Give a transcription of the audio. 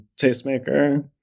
tastemaker